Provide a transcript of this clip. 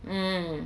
mm